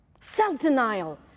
Self-denial